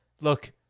Look